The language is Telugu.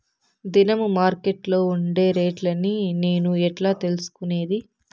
దినము మార్కెట్లో ఉండే రేట్లని నేను ఎట్లా తెలుసుకునేది?